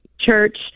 church